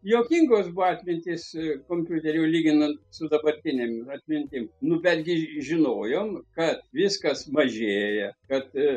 juokingos buvo atmintys kompiuterių lyginant su dabartinėm atmintim nu bet gi žinojom kad viskas mažėja kad